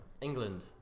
england